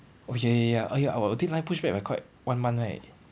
oh ya ya ya ya our deadline push back by quite one month right